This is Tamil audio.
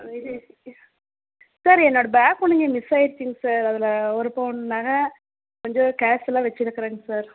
இது சார் என்னோட பேக் ஒன்று இங்கே மிஸ் ஆயிடுச்சுங்க சார் அதில் ஒரு பவுன் நகை கொஞ்சம் கேஷ்லாம் வச்சுருக்கிறேங்க சார்